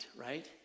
right